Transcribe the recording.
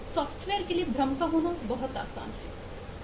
software के लिए भ्रम का होना बहुत आसान है